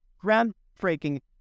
groundbreaking